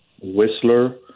Whistler